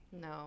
No